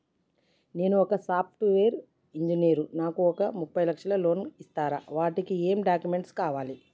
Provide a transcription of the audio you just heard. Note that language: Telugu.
నేను ఒక సాఫ్ట్ వేరు ఇంజనీర్ నాకు ఒక ముప్పై లక్షల లోన్ ఇస్తరా? వాటికి ఏం డాక్యుమెంట్స్ కావాలి?